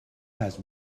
has